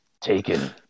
Taken